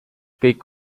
kõik